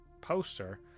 poster